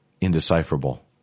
Indecipherable